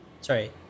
sorry